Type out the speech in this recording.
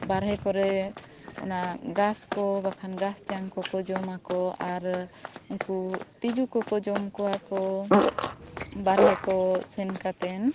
ᱵᱟᱦᱨᱮ ᱠᱚᱨᱮ ᱚᱱᱟ ᱜᱷᱟᱸᱥ ᱠᱚ ᱵᱟᱠᱷᱟᱱ ᱜᱷᱟᱸᱥ ᱡᱟᱝ ᱠᱚᱠᱚ ᱡᱚᱢᱟᱠᱚ ᱟᱨ ᱩᱱᱠᱩ ᱛᱤᱡᱩ ᱠᱚᱠᱚ ᱡᱚᱢ ᱠᱚᱣᱟ ᱠᱚ ᱵᱟᱦᱨᱮ ᱠᱚ ᱥᱮᱱ ᱠᱟᱛᱮᱱ